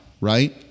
right